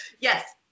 Yes